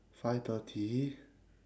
five thirty